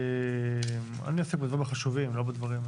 אני עוסק בדברים החשובים, לא בדברים,